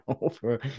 over